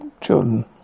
children